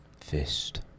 Fist